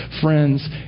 friends